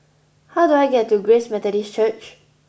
how do I get to Grace Methodist Church